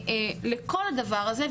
לכל הדבר הזה.